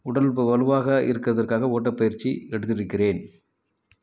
உடல் வலுவாக இருக்கிறதுக்காக ஓட்டப் பயிற்சி எடுத்திருக்கிறேன்